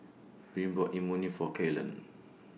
Breann bought Imoni For Ceylon